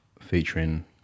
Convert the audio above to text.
featuring